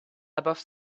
above